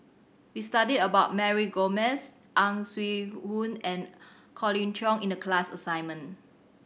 we studied about Mary Gomes Ang Swee Aun and Colin Cheong in the class assignment